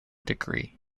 degree